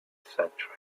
century